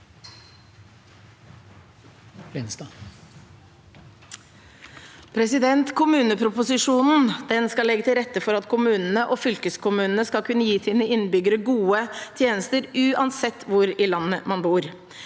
Kommu- neproposisjonen skal legge til rette for at kommunene og fylkeskommunene skal kunne gi sine innbyggere gode tjenester, uansett hvor i landet man bor.